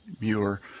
Muir